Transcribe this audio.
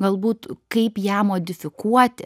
galbūt kaip ją modifikuoti